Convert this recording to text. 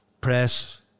press